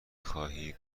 خواهی